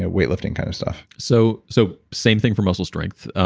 ah weight lifting kind of stuff? so so same thing for muscle strength.